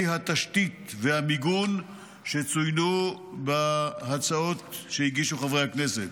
התשתית והמיגון שצוינו בהצעות שהגישו חברי הכנסת.